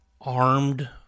armed